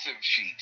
sheet